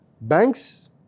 Banks